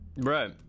Right